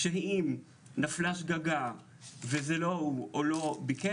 הופה, איריס.